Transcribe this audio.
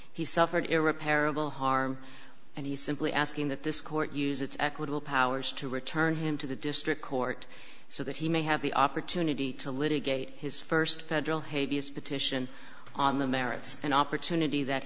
he suffered irrepairable harm and he simply asking that this court use its equitable powers to return him to the district court so that he may have the opportunity to litigate his first federal hades petition on the merits an opportunity that